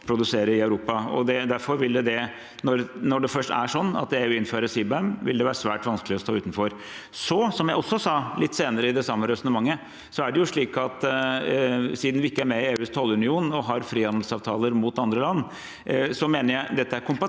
når det først er sånn at man innfører CBAM, være svært vanskelig å stå utenfor. Så, som jeg også sa litt senere i det samme resonnementet, er det slik at siden vi ikke er med i EUs tollunion og har frihandelsavtaler med andre land, mener jeg at dette er kompatibelt,